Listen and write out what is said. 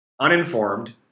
uninformed